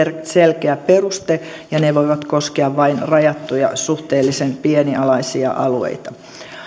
selkeä peruste ja ne voivat koskea vain rajattuja suhteellisen pienialaisia alueita